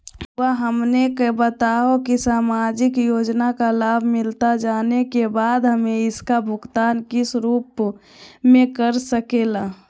रहुआ हमने का बताएं की समाजिक योजना का लाभ मिलता जाने के बाद हमें इसका भुगतान किस रूप में कर सके ला?